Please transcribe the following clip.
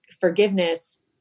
forgiveness